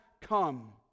come